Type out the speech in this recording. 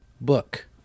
book